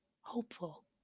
hopeful